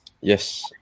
Yes